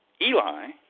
Eli